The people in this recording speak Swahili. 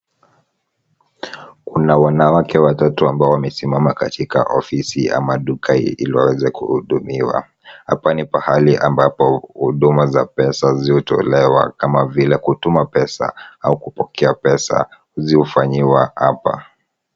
Kuna wanawake watatu ambao wamesimama katika ofisi au duka ili waweze kuhudumiwa. Hapa ni pahali ambapo huduma za pesa zihutolewa kama vile kutuma pesa au kutoa pesa zihufanyiwa hapa.